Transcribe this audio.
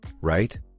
right